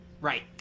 right